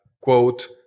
quote